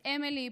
אמילי,